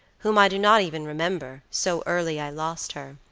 whom i do not even remember, so early i lost her.